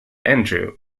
andrew